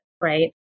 right